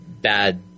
bad